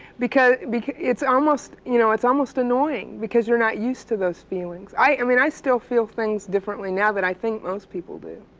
because because it's almost, you know, it's almost annoying because you're not used to those feelings. i mean, i still feel things differently now than i think most people do.